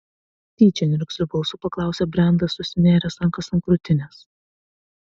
tyčia niurgzliu balsu paklausė brendas susinėręs rankas ant krūtinės